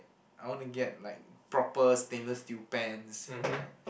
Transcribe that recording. I want to get like proper stainless steel pans like